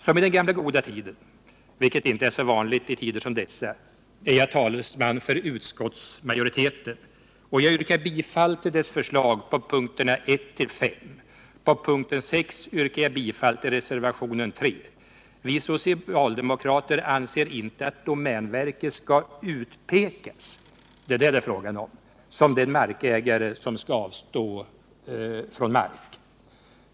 ; Som i den gamla goda tiden — det är inte så vanligt i tider som dessa — är jag talesman för utskottsmajoriteten, och jag yrkar bifall till dess förslag på : punkterna 1 till 5. På punkten 6 yrkar jag bifall till reservationen 3. Vi socialdemokrater anser inte att domänverket skall utpekas — det är det som det är fråga om — som den markägare som skall avstå från mark.